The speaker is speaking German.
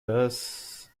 das